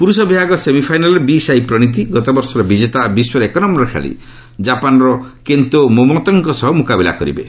ପୁରୁଷ ବିଭାଗ ସେମିଫାଇନାଲ୍ରେ ବିସାଇପ୍ରଣୀତ ଗତବର୍ଷର ବିଜେତା ବିଶ୍ୱର ଏକନ୍ୟର ଖେଳାଳି ଜାପାନର କେନ୍ତୋ ମୋମୋତଙ୍କ ସହ ମୁକାବିଲା କରିବେ